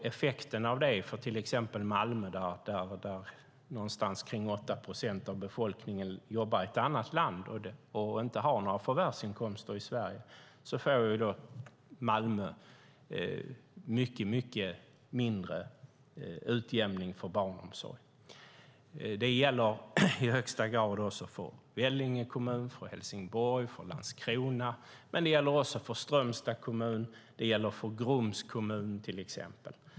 Effekten av det för till exempel Malmö, där runt 8 procent av befolkningen jobbar i ett annat land och inte har några förvärvsinkomster i Sverige, är att man får mycket mindre utjämning för barnomsorg. Det gäller i högsta grad också för Vellinge kommun, för Helsingborg och för Landskrona. Men det gäller också för Strömstads kommun och för Grums kommun, till exempel.